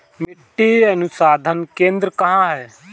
मिट्टी अनुसंधान केंद्र कहाँ है?